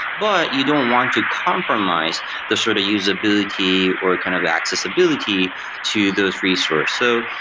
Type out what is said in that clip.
but you don't want to compromise the sort of usability or kind of the accessibility to those resource. so,